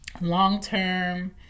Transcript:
long-term